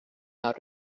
out